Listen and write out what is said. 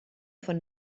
von